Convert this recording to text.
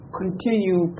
continue